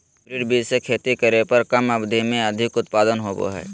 hybrid बीज से खेती करे पर कम अवधि में अधिक उत्पादन होबो हइ